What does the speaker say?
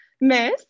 miss